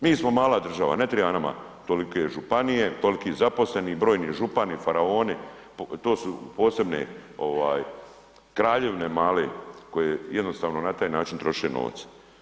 Mi smo mala država, ne triba nama tolike županije, toliki zaposleni, brojni župani, faraoni to su posebne ovaj kraljevine male koje jednostavno na taj način troše novac.